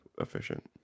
efficient